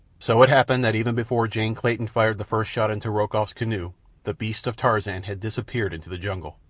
so it happened that even before jane clayton fired the first shot into rokoff's canoe the beasts of tarzan had disappeared into the jungle.